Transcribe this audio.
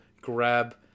grab